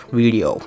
video